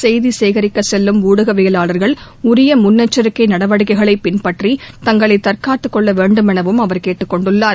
செய்தி சேகரிக்க செல்லும் ஊடகவியவாளர்கள் உரிய முன்னெச்சரிக்கை நடவடிக்கைகளை பின்பற்றி தங்களை தற்காத்துக்கொள்ள வேண்டும் எனவும் அவர் கேட்டுக் கொண்டுள்ளார்